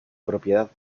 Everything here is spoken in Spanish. propiedad